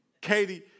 Katie